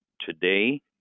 today